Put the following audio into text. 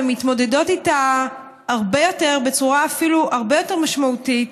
ואפילו מתמודדות איתה בצורה הרבה יותר משמעותית,